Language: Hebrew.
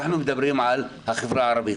אנחנו מדברים על החברה הערבית,